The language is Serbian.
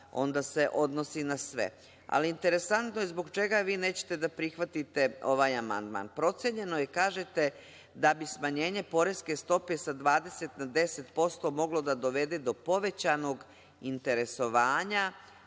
onda se odnosi na sve. Ali, interesantno je zbog čega vi nećete da prihvatite ovaj amandman. Procenjeno je, kažete, da bi smanjenje poreske stope sa 20 na 10% moglo da dovede do povećanog interesovanja